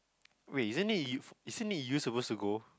wait isn't it isn't it you suppose to go